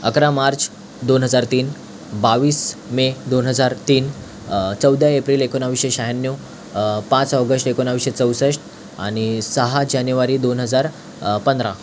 अकरा मार्च दोन हजार तीन बावीस मे दोन हजार तीन चौदा एप्रिल एकोणावीसशे शहाण्णव पाच ऑगस्ट एकोणावीसशे चौसष्ट आणि सहा जानेवारी दोन हजार पंधरा